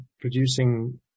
Producing